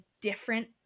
different